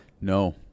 No